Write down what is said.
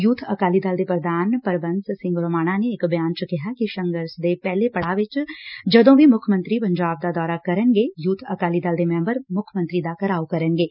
ਯੁਬ ਅਕਾਲੀ ਦਲ ਦੇ ਪ੍ਰਧਾਨ ਪਰਮਬੰਸ ਸਿੰਘ ਰੋਮਾਣਾ ਨੇ ਇਕ ਬਿਆਨ ਚ ਕਿਹਾ ਕਿ ਸੰਘਰਸ਼ ਦੇ ਪਹਿਲੇ ਪੜਾਅ ਵਿਚ ਜਦੋਂ ਵੀ ਮੁੱਖ ਮੰਤਰੀ ਪੰਜਾਬ ਦਾ ਦੌਰਾ ਕਰਨਗੇ ਯੁਬ ਅਕਾਲੀ ਦਲ ਦੇ ਮੈਂਬਰ ਮੁੱਖ ਮੰਤਰੀ ਦਾ ਘਿਰਾਓ ਕਰਨਗੇ